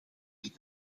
dit